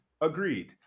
Agreed